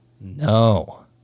No